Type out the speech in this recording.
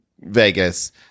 Vegas